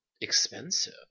expensive